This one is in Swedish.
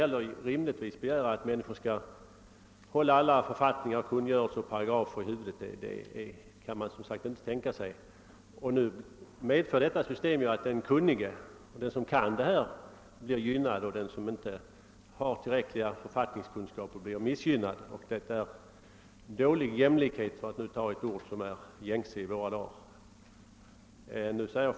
Man kan rimligen inte begära att alla människor skall kunna hålla författningar, kungörelser och paragrafer i huvudet, och nu gällande system för med sig att den som kan dessa saker blir gynnad, och den som inte har tillräckliga kunskaper på detta område missgynnas. Detta är dålig jämlikhet — för att nu använda ett ord som är mycket vanligt i våra dagar.